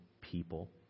people